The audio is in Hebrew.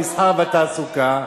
המסחר והתעסוקה.